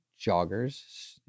joggers